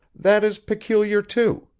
that is peculiar, too.